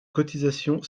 cotisations